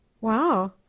Wow